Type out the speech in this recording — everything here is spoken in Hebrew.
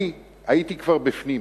אני הייתי כבר בפנים.